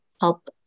help